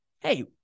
hey